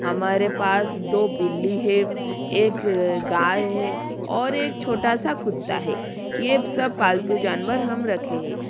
हमारे पास दो बिल्ली है एक गाय है और एक छोटा सा कुत्ता है ये सब पालतू जानवर हम रखे है